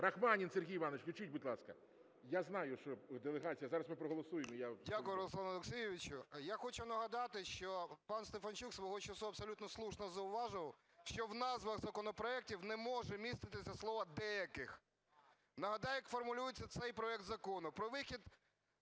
Рахманін Сергій Іванович, включіть, будь ласка. Я знаю, що делегація. Зараз ми проголосуємо… 13:46:28 РАХМАНІН С.І. Дякую, Руслане Олексійовичу. Я хочу нагадати, що пан Стефанчук свого часу абсолютно слушно зауважив, що в назвах законопроектів не може міститися слово "деяких". Нагадаю, як формулюється цей проект закону: